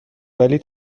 ولی